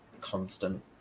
constant